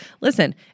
Listen